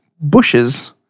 bushes